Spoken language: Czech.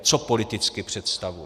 Co politicky představuje?